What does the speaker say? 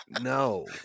no